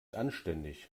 anständig